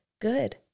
good